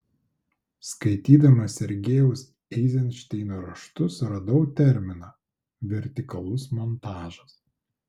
skaitydama sergejaus eizenšteino raštus radau terminą vertikalus montažas